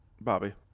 Bobby